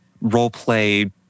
role-play